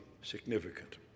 significant